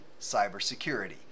cybersecurity